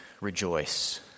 rejoice